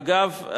אגב,